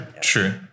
true